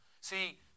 See